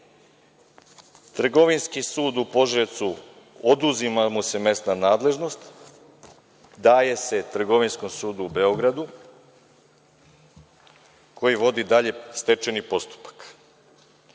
Trgovinski sud u Požarevcu oduzima mu se mesna nadležnost, da je se Trgovinskom sudu u Beogradu koji vodi dalje stečajni postupak,